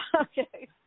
okay